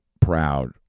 proud